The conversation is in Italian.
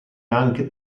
anche